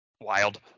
Wild